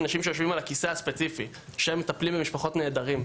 יש אנשים שיושבים על הכיסא הספציפי והם מטפלים במשפחות נעדרים,